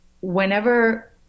whenever –